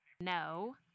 No